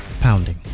pounding